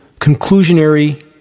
conclusionary